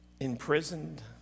imprisoned